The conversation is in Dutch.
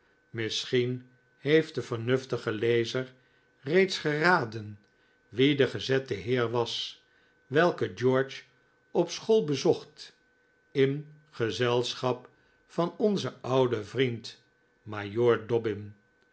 misschien heeft de vernuftige lezer reeds geraden wie de gezette heer was welke george op school bezocht in gezelschap van onzen ouden vriend majoor dobbin